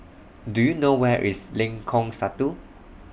Do YOU know Where IS Lengkong Satu